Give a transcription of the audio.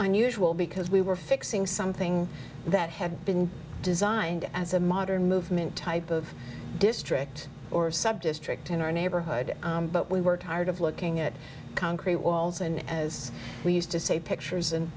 unusual because we were fixing something that had been designed as a modern movement type of district or subdistrict in our neighborhood but we were tired of looking at concrete walls and as we used to say pictures and